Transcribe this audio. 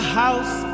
house